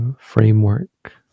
framework